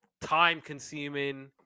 time-consuming